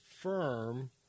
firm –